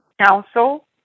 council